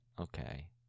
Okay